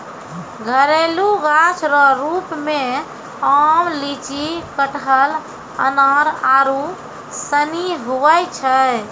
घरेलू गाछ रो रुप मे आम, लीची, कटहल, अनार आरू सनी हुवै छै